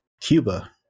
Cuba